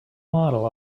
model